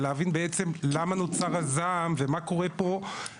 אבל רגע קודם לכן השטח היה ברכבת הקלה והרכבת הקלה פתרה אותי מפינוי.